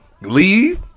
Leave